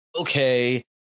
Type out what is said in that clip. Okay